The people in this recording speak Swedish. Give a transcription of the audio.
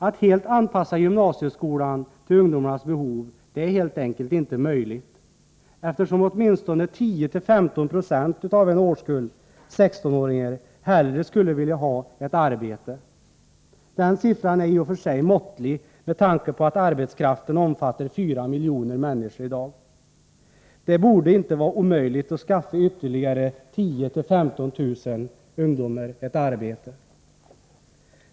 Att helt anpassa gymnasieskolan till ungdomarnas behov är helt enkelt inte möjligt, eftersom åtminstone 10-15 96 av en årskull 16-åringar hellre skulle vilja ha ett arbete. Det antalet är i och för sig måttligt, med tanke på att arbetskraften i dag omfattar 4 miljoner människor. Det borde inte vara omöjligt att skaffa ytterligare 10 000-15 000 ungdomar ett arbete.